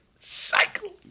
cycle